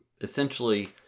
essentially